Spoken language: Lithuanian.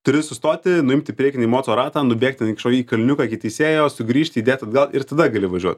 turi sustoti nuimti priekinį moco ratą nubėgti ten į kažkokį kalniuką iki teisėjo sugrįžti įdėt atgal ir tada gali važiuot